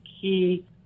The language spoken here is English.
key